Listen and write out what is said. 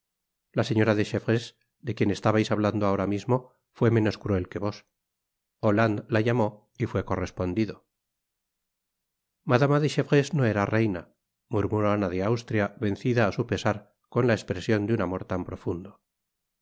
la señora de chevreuse de quien estabais hablando ahora mismo fué menos cruel que vos holland la amó y fué correspondido madama de chevreuse no era reina murmuró ana de austria vencida á su pesar por la espresion de un amor tan profundo